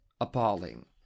appalling